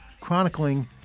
chronicling